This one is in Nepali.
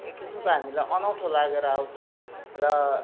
एक किसिमको हामीलाई अनौठो लागेर आउँछ र